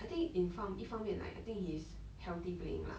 I think in 方一方面 like I think he is healthy playing lah